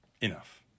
Enough